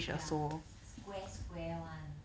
ya square square one